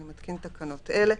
אני מתקין תקנות אלה: